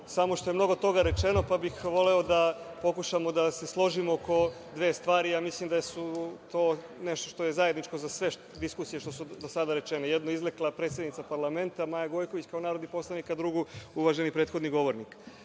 samo što je mnogo toga rečeno, pa bih voleo da pokušamo da se složimo oko dve stvari, a mislim da su to nešto što je zajedničko za sve diskusije što su do sada rečene. Jednu je izrekla predsednica parlamenta, Maja Gojković kao narodni poslanik, a drugu uvaženi prethodni govornik. Najpre,